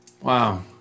Wow